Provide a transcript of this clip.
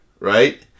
Right